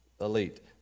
elite